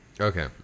Okay